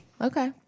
Okay